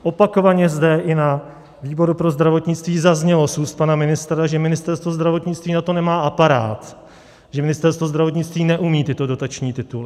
Opakovaně zde i na výboru pro zdravotnictví zaznělo z úst pana ministra, že Ministerstvo zdravotnictví na to nemá aparát, že Ministerstvo zdravotnictví neumí tyto dotační tituly.